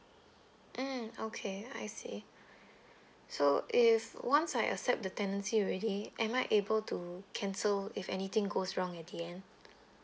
mm okay I see so if once I accept the tenancy already am I able to cancel if anything goes wrong at the end